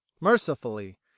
mercifully